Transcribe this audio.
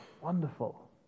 wonderful